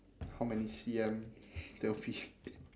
how many C_M they'll be